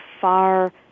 far